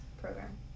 program